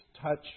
touch